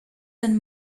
and